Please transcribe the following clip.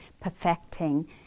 perfecting